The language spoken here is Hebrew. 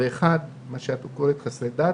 ואחד הוא מה שאת קוראת לו "חסרי דת"